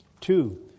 Two